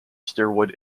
steroid